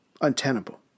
untenable